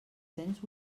cents